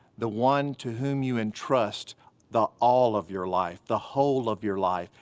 the one to whom you entrust the all of your life, the whole of your life,